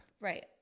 Right